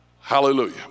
Hallelujah